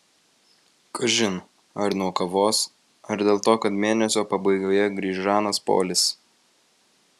kažin ar nuo kavos ar dėl to kad mėnesio pabaigoje grįš žanas polis